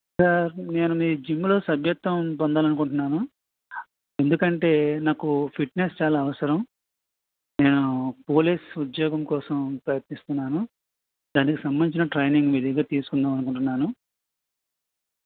sir నేను మీ జిమ్లో సభ్యత్వం పొందాలి అనుకుంటున్నాను ఎందుకంటే నాకు ఫిట్నెస్ చాలా అవసరం నేను పోలీస్ ఉద్యోగం కోసం ప్రయత్నిస్తున్నాను దానికి సంబంధించిన ట్రైనింగ్ మీ దగ్గర తీసుకుందాం అనుకుంటున్నాను